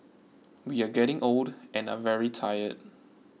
we are getting old and are very tired